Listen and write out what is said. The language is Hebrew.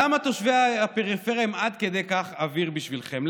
למה תושבי הפריפריה הם עד כדי כך אוויר בשבילכם?